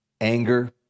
anger